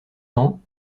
temps